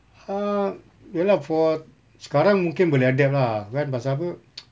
!huh! ya lah for sekarang mungkin boleh adapt lah kan pasal apa